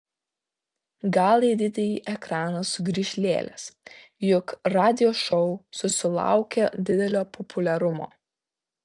gal į didįjį ekraną sugrįš lėlės juk radio šou susilaukė didelio populiarumo